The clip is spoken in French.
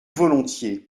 volontiers